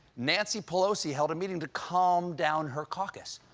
nancy pelosi held a meeting to calm down her caucus,